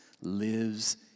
lives